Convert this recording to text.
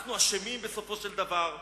אנחנו אשמים בסופו של דבר.